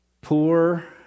poor